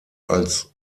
als